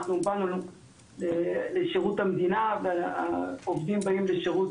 אנחנו באנו לשירות המדינה והעובדים באים לשירות